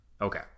Okay